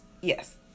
Yes